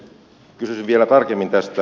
kysyisin vielä tarkemmin tästä